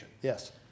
Yes